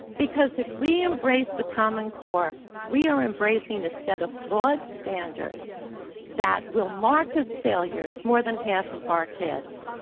because if we embrace the common core, we are embracing a set of flawed standards that will mark as failures more than half of our kids.